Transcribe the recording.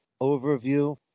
overview